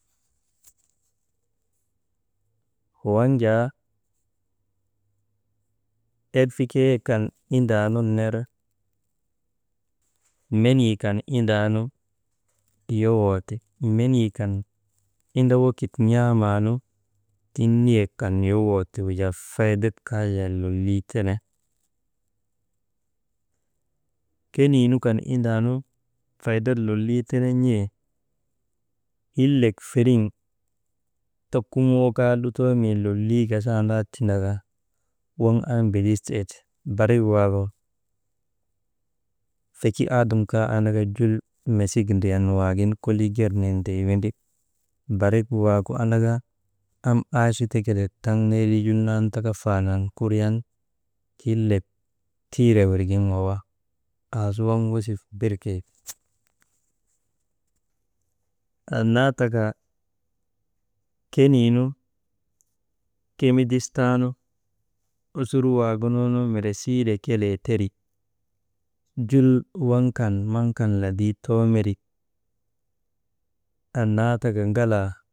Waŋ jaa erfikee kan indaa nun ner menii kan indaanu yowoo ti. Menii kan inda wekik n̰aamaanu tiŋ niyek kan naa yowoo ti, wujaa faydat kaa jaa lolii tene. Kiniinu kan indaanu faydat lolii tene n̰e hillek feriŋ ta kuyoo kaa lutoo mii lolii gasaandaa tindaka waŋ an mbidistee ti, barik waagu feki aadam kaa an mesik ndriyan kolii waagin ger nindrii windri, barik waagu andaka, am aachita kelee taŋ nerii jul nan tika faanan kuriyan hillek tiire wirgin wawa aasu wav wesif mbirtee ti. Annaa taka keniinu kimbidistaanu osur waagunu mireesiile kelee teri, jul waŋ kan maŋ kan ladii too meri, annaataka ŋalaa.